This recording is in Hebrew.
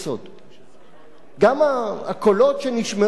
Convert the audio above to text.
גם הקולות שנשמעו בשנים האחרונות